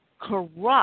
corrupt